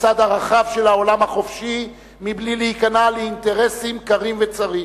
לצד ערכיו של העולם החופשי מבלי להיכנע לאינטרסים קרים וצרים.